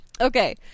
Okay